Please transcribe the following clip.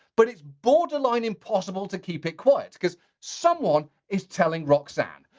but it's borderline impossible to keep it quiet. cause someone is telling roxanne.